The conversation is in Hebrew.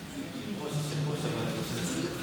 15, נגד, שניים.